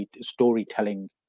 storytelling